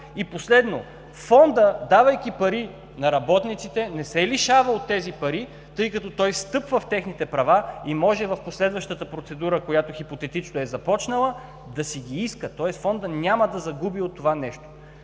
И последно, Фондът, давайки пари на работниците, не се лишава от тези пари, тъй като той стъпва в техните права и може в последващата процедура, която хипотетично е започнала, да си ги иска. Тоест Фондът няма да загуби от това нещо.